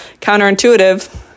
counterintuitive